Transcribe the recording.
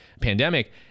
pandemic